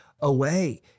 away